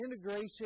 integration